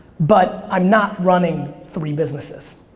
but i'm not running three businesses.